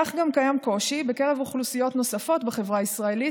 כך גם קיים קושי בקרב אוכלוסיות נוספות בחברה הישראלית,